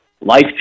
life